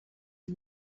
and